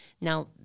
Now